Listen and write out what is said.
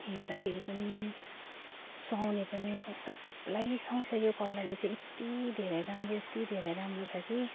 हेर्दाखेरि पनि सुहाउने पनि सबलाई सुहाउँछ यो कलरले चाहिँ यत्ति धेरै दामी यत्ति धेरै राम्रो छ कि